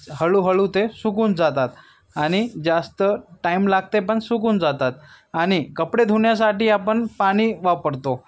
हळूहळू ते सुकून जातात आणि जास्त टाइम लागते पण सुकून जातात आणि कपडे धुण्यासाठी आपण पाणी वापरतो